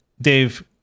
Dave